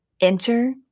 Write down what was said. Enter